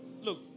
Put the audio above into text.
Look